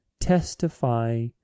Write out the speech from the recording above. testify